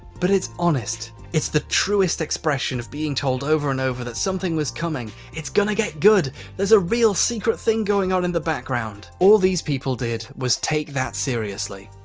but it's honest. it's the truest expression of being told over and over that something was coming it's going to get good there's a real secret thing going on in the background. all these people did was take that seriously,